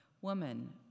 Woman